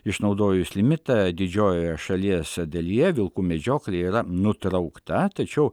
išnaudojus limitą didžiojoje šalies dalyje vilkų medžioklė yra nutraukta tačiau